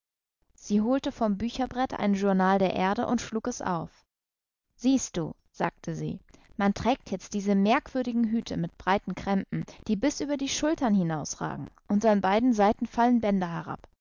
sie holte vom bücherbrett ein journal der erde und schlug es auf siehst du sagte sie man trägt jetzt diese merkwürdigen hüte mit breiten krempen die bis über die schultern hinausragen und an beiden seiten fallen bänder herab